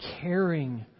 caring